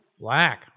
Black